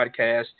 podcast